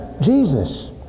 Jesus